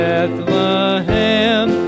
Bethlehem